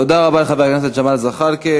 תודה רבה לחבר הכנסת ג'מאל זחאלקה.